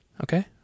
Okay